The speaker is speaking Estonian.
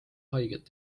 haiget